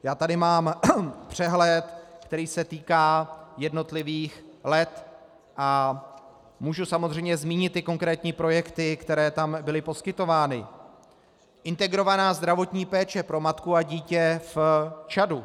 Já tady mám přehled, který se týká jednotlivých let, a můžu samozřejmě zmínit konkrétní projekty, které tam byly poskytovány: Integrovaná zdravotní péče pro matku a dítě v Čadu.